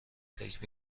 فکر